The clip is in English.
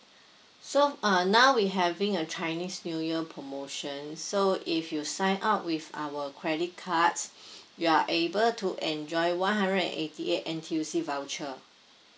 so err now we having a chinese new year promotion so if you sign up with our credit cards you are able to enjoy one hundred eighty eight N_T_U_C voucher